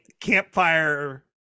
campfire